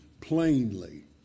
plainly